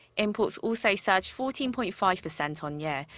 imports also surged fourteen point five percent on-year.